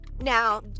Now